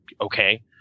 okay